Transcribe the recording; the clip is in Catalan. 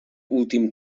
últim